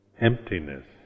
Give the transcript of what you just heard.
Emptiness